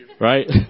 Right